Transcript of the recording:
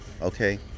okay